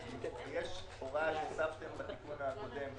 גם את מסגרת ההתחייבויות שהממשלה רשאית להתחייב לשנת תקציב המשכי.